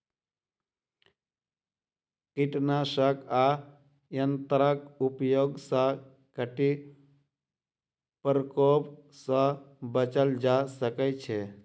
कीटनाशक आ यंत्रक उपयोग सॅ कीट प्रकोप सॅ बचल जा सकै छै